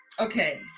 okay